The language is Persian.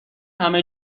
همه